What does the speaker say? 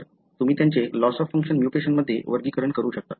तर तुम्ही त्यांचे लॉस ऑफ फंक्शन म्युटेशन मध्ये वर्गीकरण करू शकता